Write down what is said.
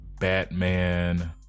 Batman